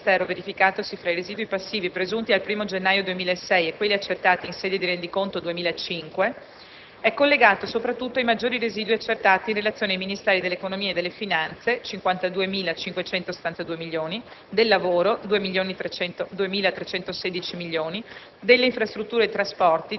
Lo scostamento per singolo Ministero verificatosi fra i residui passivi presunti al 1° gennaio 2006 e quelli accertati in sede di rendiconto 2005 è collegato soprattutto ai maggiori residui accertati in relazione ai Ministeri dell'economia e delle finanze (52.572 milioni), del lavoro (2.316 milioni)